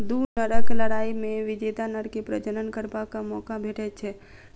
दू नरक लड़ाइ मे विजेता नर के प्रजनन करबाक मौका भेटैत छै